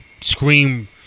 Scream